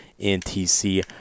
NTC